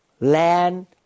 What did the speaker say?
land